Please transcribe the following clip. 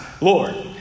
Lord